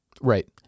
Right